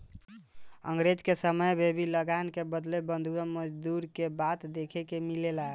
अंग्रेज के समय में भी लगान के बदले बंधुआ मजदूरी के बात देखे के मिलेला